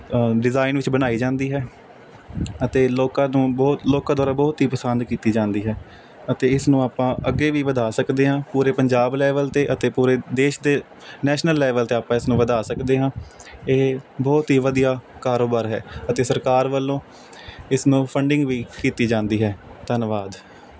design ਵਿੱਚ ਬਣਾਈ ਜਾਂਦੀ ਹੈ ਅਤੇ ਲੋਕਾਂ ਨੂੰ ਬਹੁਤ ਲੋਕਾਂ ਦੁਆਰਾ ਬਹੁਤ ਹੀ ਪਸੰਦ ਕੀਤੀ ਜਾਂਦੀ ਹੈ ਅਤੇ ਇਸ ਨੂੰ ਆਪਾਂ ਅੱਗੇ ਵੀ ਵਧਾ ਸਕਦੇ ਹਾਂ ਪੂਰੇ ਪੰਜਾਬ ਲੈਵਲ 'ਤੇ ਅਤੇ ਪੂਰੇ ਦੇਸ਼ ਦੇ ਨੈਸ਼ਨਲ ਲੈਵਲ 'ਤੇ ਆਪਾਂ ਇਸ ਨੂੰ ਵਧਾ ਸਕਦੇ ਹਾਂ ਇਹ ਬਹੁਤ ਹੀ ਵਧੀਆ ਕਾਰੋਬਾਰ ਹੈ ਅਤੇ ਸਰਕਾਰ ਵੱਲੋਂ ਇਸ ਨੂੰ ਫੰਡਿੰਗ ਵੀ ਕੀਤੀ ਜਾਂਦੀ ਹੈ ਧੰਨਵਾਦ